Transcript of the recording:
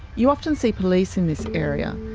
you often see police in this area,